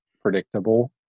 predictable